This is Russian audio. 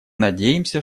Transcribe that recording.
надеемся